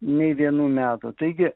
nei vienų metų taigi